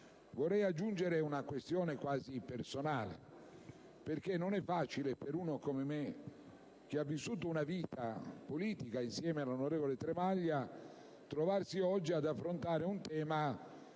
Vorrei aggiungere una questione quasi personale, perché non è facile per uno come me, che ha vissuto una vita politica insieme all'onorevole Tremaglia, trovarsi oggi ad affrontare un tema